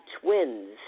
twins